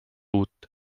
uut